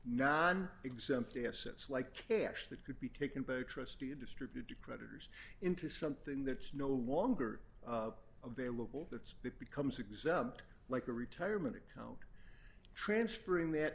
non exempt assets like cash that could be taken by a trustee to distribute to creditors into something that's no longer available that's it becomes exempt like a retirement account transferring that